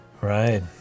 Right